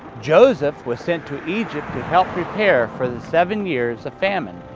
joseph was sent to egypt to help prepare for the seven years of famine.